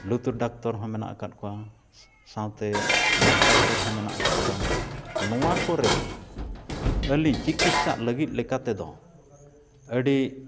ᱞᱩᱛᱩᱨ ᱰᱟᱠᱛᱚᱨ ᱦᱚᱸ ᱢᱮᱱᱟᱜ ᱟᱠᱟᱫ ᱠᱚᱣᱟ ᱥᱟᱶᱛᱮ ᱢᱮᱸᱫ ᱰᱟᱠᱛᱚᱨ ᱦᱚᱸ ᱢᱮᱱᱟᱜ ᱟᱠᱟᱫ ᱠᱚᱣᱟ ᱱᱚᱣᱟ ᱠᱚᱨᱮ ᱟᱹᱞᱤᱧ ᱪᱤᱠᱤᱛᱥᱟᱜ ᱞᱟᱹᱜᱤᱫ ᱞᱮᱠᱟ ᱛᱮᱫᱚ ᱟᱹᱰᱤ